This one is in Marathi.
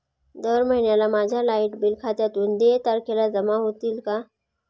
दर महिन्याला माझ्या लाइट बिल खात्यातून देय तारखेला जमा होतील का?